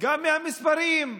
גם מהמספרים.